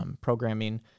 programming